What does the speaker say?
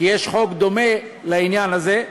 כי יש חוק דומה לעניין הזה,